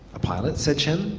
a pilot? said chen.